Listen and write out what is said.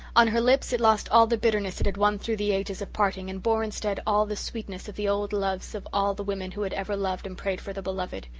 on her lips it lost all the bitterness it had won through the ages of parting and bore instead all the sweetness of the old loves of all the women who had ever loved and prayed for the beloved.